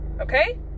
Okay